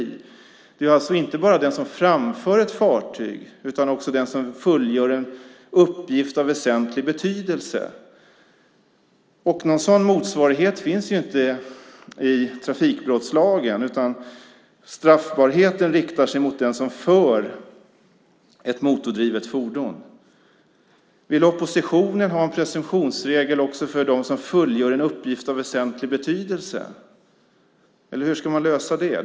Det gäller alltså inte bara den som framför ett fartyg utan också den som fullgör en uppgift av väsentlig betydelse. Någon motsvarighet till det finns inte i trafikbrottslagen. Straffbarheten riktar sig där mot den som för ett motordrivet fordon. Vill oppositionen ha en presumtionsregel också för dem som fullgör en uppgift av väsentlig betydelse? Hur ska man lösa det?